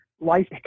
life